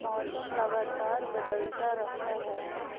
मौसम लगातार बदलता रहता है